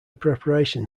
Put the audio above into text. preparation